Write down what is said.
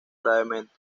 gravemente